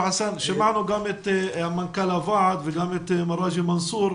שמענו גם את מנכ"ל הוועד וגם את מר ראג'י מנסור.